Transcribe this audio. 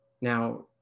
Now